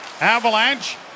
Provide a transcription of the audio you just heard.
avalanche